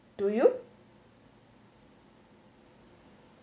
do you